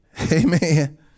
Amen